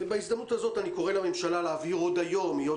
בהזדמנות הזאת אני קורא לממשלה להעביר עוד היום היות